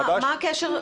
מה הקשר,